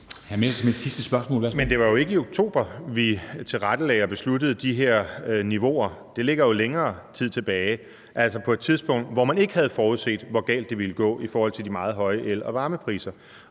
Men det var jo ikke i oktober, vi tilrettelagde og besluttede de her niveauer – det ligger jo længere tid tilbage, altså på et tidspunkt, hvor man ikke havde forudset, hvor galt det ville gå i forhold til de meget høje el- og varmepriser.